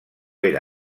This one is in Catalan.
era